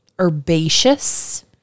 herbaceous